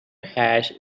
hash